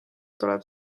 tuleb